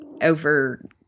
over